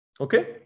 Okay